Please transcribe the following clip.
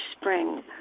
spring